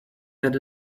that